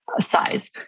size